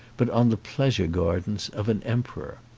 but on the pleasure gardens of an emperor.